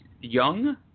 Young